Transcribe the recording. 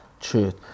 truth